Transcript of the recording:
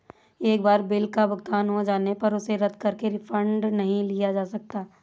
एक बार बिल का भुगतान हो जाने पर उसे रद्द करके रिफंड नहीं लिया जा सकता